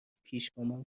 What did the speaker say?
پیشگامان